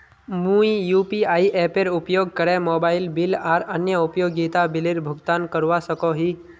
मुई यू.पी.आई एपेर उपयोग करे मोबाइल बिल आर अन्य उपयोगिता बिलेर भुगतान करवा सको ही